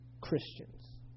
Christians